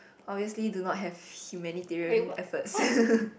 obviously do not have humanitarian effort